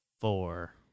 Four